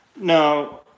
No